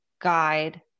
guide